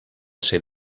ser